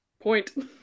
point